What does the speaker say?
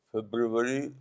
February